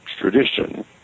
tradition